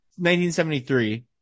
1973